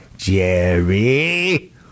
Jerry